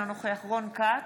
אינו נוכח רון כץ,